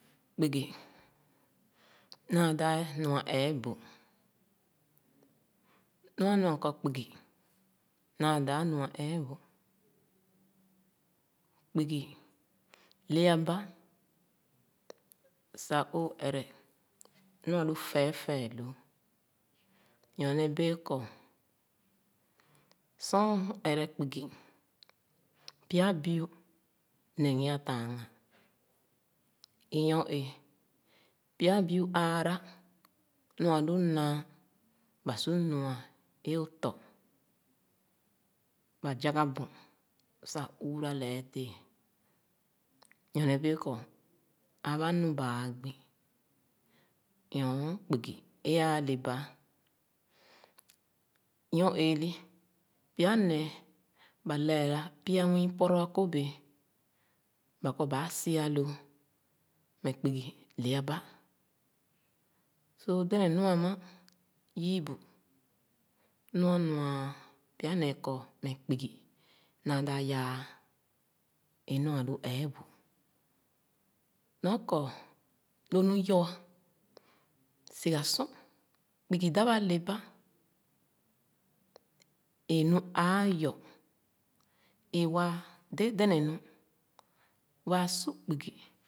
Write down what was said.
Kpugi naa dāp nu’a eebu. Nu ānua m’kɔ kpugi naa dāp nuaeebu, kpugi le’a aba sah óó ere nu ālu teetee lōō nyorne bēē ko sor ō ere kpugi, pya biu neghi ā taanghan. I nyo-éé, pya biu aara nu ālu naa sah su nua; ba su nua, é ō tɔ, ba zaga ō hun, sah üüra lɛɛ dēē, nyorne bēē ko abā nu baa gbi nyor kpugi é āā le ba’ā Nyor-éé li, pya nēē ba lɛɛra pyanwii pɔrɔ akō béé, ba kɔ baa si’a lōō nuh kpugi le’a ba. So, dɛnɛ nu ama yü bu, nua nua pya nēē kɔ kpugi naa dāp yaa eebu nɔɔ kɔ, lō nu yɔ ā sigha sor, kpugi dāp alé bā é nu āā yɔ, e wāā de dɛnɛ nu, waa su kpugi.